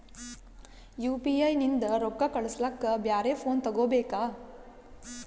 UPI ನಿಂದ ರೊಕ್ಕ ಕಳಸ್ಲಕ ಬ್ಯಾರೆ ಫೋನ ತೋಗೊಬೇಕ?